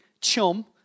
chum